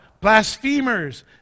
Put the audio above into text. blasphemers